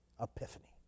Epiphany